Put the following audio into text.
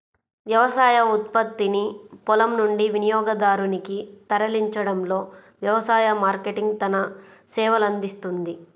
వ్యవసాయ ఉత్పత్తిని పొలం నుండి వినియోగదారునికి తరలించడంలో వ్యవసాయ మార్కెటింగ్ తన సేవలనందిస్తుంది